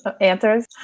answers